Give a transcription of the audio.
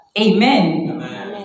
Amen